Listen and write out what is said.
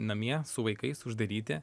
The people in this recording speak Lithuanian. namie su vaikais uždaryti